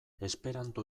esperanto